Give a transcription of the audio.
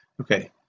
okay